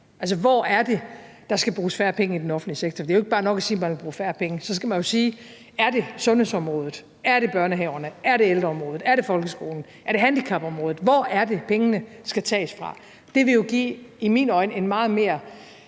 Altså, hvor er det, der skal bruges færre penge i den offentlige sektor? Det er jo ikke nok bare at sige, at man vil bruge færre penge. Så skal man jo svare på: Er det sundhedsområdet, er det børnehaverne, er det ældreområdet, er det folkeskolen, er det handicapområdet? Hvor er det, pengene skal tages fra? Det vil jo i mine øjne give en meget mere